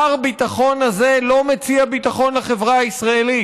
מר ביטחון הזה לא מציע ביטחון לחברה הישראלית.